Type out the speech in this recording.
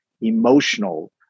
emotional